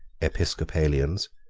episcopalians,